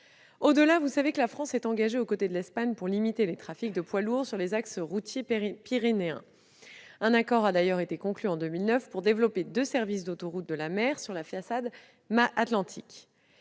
Au-delà, vous savez que la France est engagée, aux côtés de l'Espagne, pour limiter les trafics de poids lourds sur les axes routiers pyrénéens. Un accord a d'ailleurs été conclu en 2009 pour développer deux services d'autoroute de la mer sur la façade atlantique.